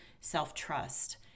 self-trust